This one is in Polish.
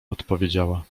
odpowiedziała